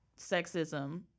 sexism